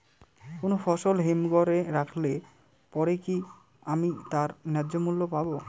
কোনো ফসল হিমঘর এ রাখলে পরে কি আমি তার ন্যায্য মূল্য পাব?